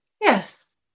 Yes